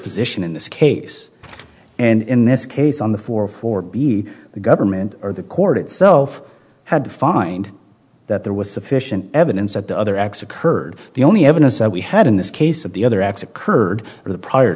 position in this case and in this case on the four for b the government or the court itself had to find that there was sufficient evidence that the other acts occurred the only evidence we had in this case of the other acts occurred prior